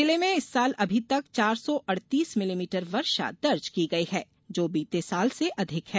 जिले में इस साल अभी तक चार सौ अड़तीस मिलीमीटर वर्षा दर्ज की गई है जो बीते साल से अधिक है